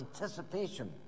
anticipation